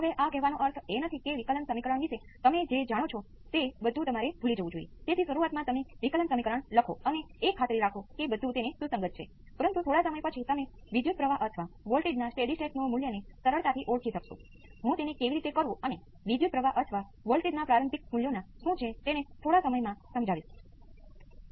હવે ખરેખર કોઈપણ સર્કિટ તેનું પાલન કરશે કારણ કે આપણાં બધા ઘટકના મૂલ્યો વાસ્તવિક છે પરંતુ વિકલન સમીકરણો બનાવવાનું શક્ય છે મારો મતલબ કે હું અહીં ફક્ત j મૂકી શકું છું આપણે તેનો ઉકેલ શોધી શકીએ છીએ